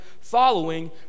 following